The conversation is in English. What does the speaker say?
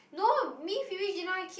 no me Phoebe Gina keep